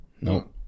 no